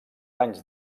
anys